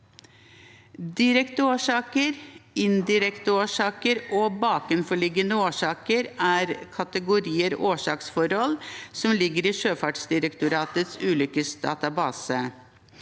Direkte årsaker, indirekte årsaker og bakenforliggende årsaker er kategorier for årsaksforhold som ligger i Sjøfartsdirektoratets ulykkesdatabase.